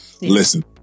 listen